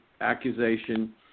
accusation